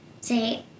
Say